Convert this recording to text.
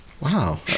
Wow